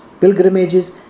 pilgrimages